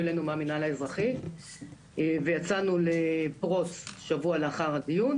אלינו מהמנהל האזרחי ויצאנו לפרוס שבוע לאחר הדיון,